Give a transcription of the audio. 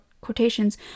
quotations